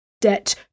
debt